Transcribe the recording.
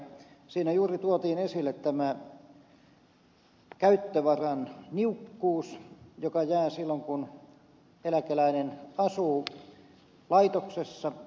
siinä juuri tuotiin esille tämä käyttövaran niukkuus joka jää silloin kun eläkeläinen asuu laitoksessa